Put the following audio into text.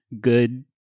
good